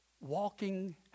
walking